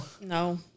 No